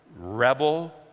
rebel